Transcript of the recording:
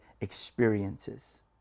experiences